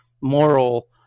moral